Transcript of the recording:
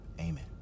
Amen